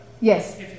Yes